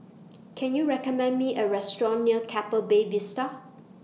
Can YOU recommend Me A Restaurant near Keppel Bay Vista